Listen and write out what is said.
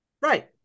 Right